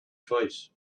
twice